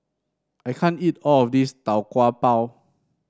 I can't eat all of this Tau Kwa Pau